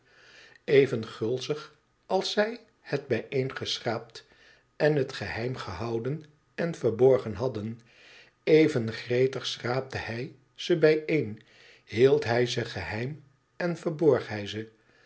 gulzig als zij het bijeen geschraapt en het geheim gehouden en verborgen hadden even gretig schraapte hij ze bijeen hield hij ze geheim en verborg hij ze